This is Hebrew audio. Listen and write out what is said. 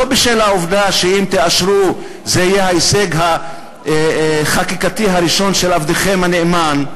לא בשל העובדה שאם תאשרו זה יהיה ההישג החקיקתי הראשון של עבדכם הנאמן,